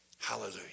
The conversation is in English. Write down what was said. Hallelujah